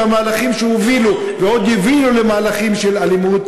והמהלכים שהובילו ועוד יובילו למהלכים של אלימות,